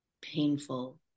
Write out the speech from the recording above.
painful